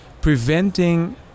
preventing